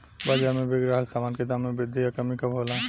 बाज़ार में बिक रहल सामान के दाम में वृद्धि या कमी कब होला?